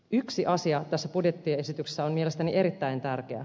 yksi asia tässä budjettiesityksessä on mielestäni erittäin tärkeä